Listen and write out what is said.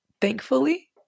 Thankfully